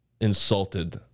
insulted